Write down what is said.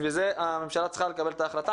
ובשביל זה הממשלה צריכה לקבל את ההחלטה,